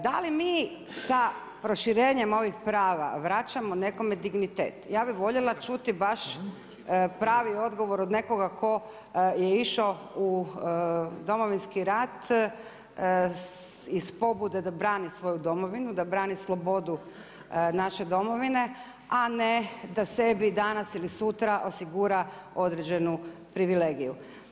Da li mi sa proširenjem ovih prava vraćamo nekome dignitet, ja bih voljela čuti baš pravi odgovor od nekoga tko je išao u Domovinski rat iz pobude da brani svoju Domovinu, da brani slobodu naše Domovine, a ne da sebi danas ili sutra osigura određenu privilegiju.